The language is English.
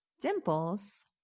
dimples